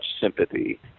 sympathy